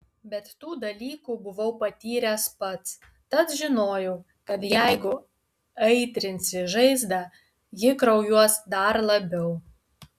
bet tų dalykų buvau patyręs pats tad žinojau kad jeigu aitrinsi žaizdą ji kraujuos dar labiau